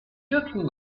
joking